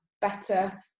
better